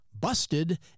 Busted